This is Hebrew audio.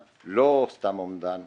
כמו גם הערות נוספות,